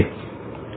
Refer Slide Time 02